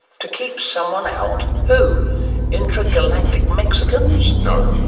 to keep someone out? who intra-galactic mexicans? no.